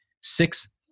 six